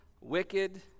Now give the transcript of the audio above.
wicked